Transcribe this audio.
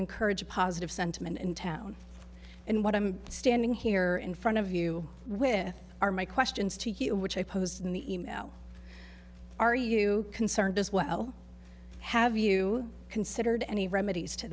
encourage positive sentiment in town and what i'm standing here in front of you with are my questions to which i posed in the e mail are you concerned as well have you considered any remedies to